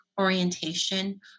orientation